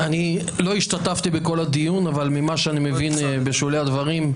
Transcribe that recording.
אני לא השתתפתי בכל הדיון אבל ממה שאני מבין בשולי הדברים,